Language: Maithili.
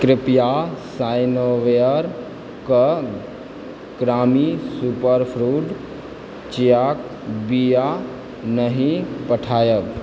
कृप्या साइनोरावेयरकऽ ग्रामी सुपरफूड चियाक बिआ नहि पठायब